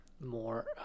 more